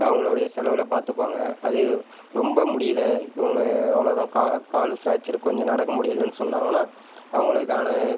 அவங்களுடைய செலவில் பார்த்துப்பாங்க அதே ரொம்ப முடியல இவங்க அவ்வளோதான் கா கால் ஃப்ராக்ச்சர் கொஞ்சம் நடக்க முடியலன்னு சொன்னாங்கன்னால் அவங்களுக்கான